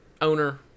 owner